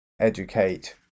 educate